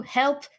help